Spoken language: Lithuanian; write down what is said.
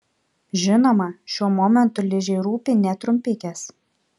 žinoma šiuo momentu ližei rūpi ne trumpikės